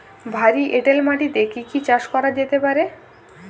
ভারী এঁটেল মাটিতে কি কি চাষ করা যেতে পারে?